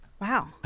Wow